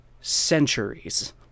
centuries